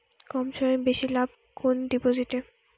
কম সময়ে বেশি লাভ কোন ডিপোজিটে?